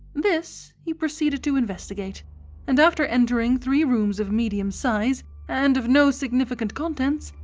this he proceeded to investigate and after entering three rooms of medium size and of no significant contents,